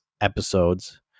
episodes